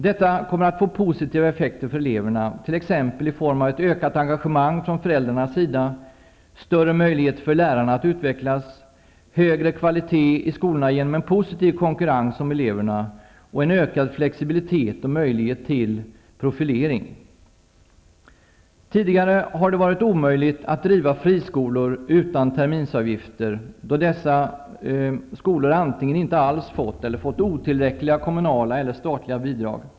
Detta kommer att få positiva effekter för eleverna, t ex i form av: -- ett ökat engagemang från föräldrarnas sida, -- större möjligheter för lärarna att utvecklas, -- högre kvalitet i skolorna genom en positiv konkurrens om eleverna, och -- en ökad flexibilitet och möjlighet till profilering. Tidigare har det varit omöjligt att driva friskolor utan terminsavgifter, då dessa skolor antingen inte alls fått eller fått otillräckliga kommunala eller statliga bidrag.